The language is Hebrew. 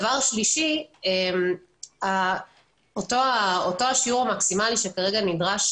שלישית, אותו שיעור מקסימלי, שכרגע נדרש,